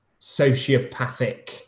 sociopathic